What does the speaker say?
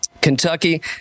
Kentucky